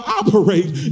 operate